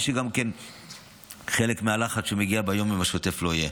שגם חלק מהלחץ שמגיע ביום-יום השוטף לא יהיה.